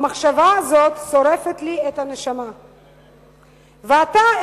המחשבה הזאת שורפת לי את הנשמה / ואתה,